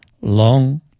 long